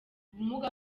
ubumuga